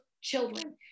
children